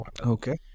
okay